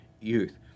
youth